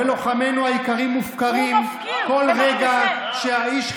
אזרחי ישראל ולוחמנו היקרים מופקרים בכל רגע,